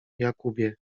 jakubie